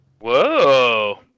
whoa